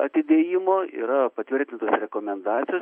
atidėjimo yra patvirtintos rekomendacijos